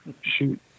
Shoot